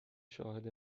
شاهد